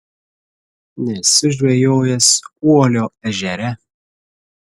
nesu žvejojęs uolio ežere